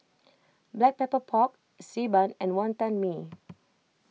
Black Pepper Pork Xi Ban and Wonton Mee